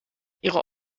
ihre